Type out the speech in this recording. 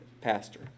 pastor